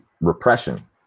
repression